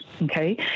Okay